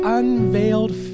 unveiled